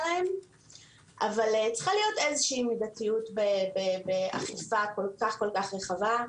אבל צריכה להיות איזושהי מידתיות באכיפה כל כך רחבה.